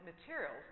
materials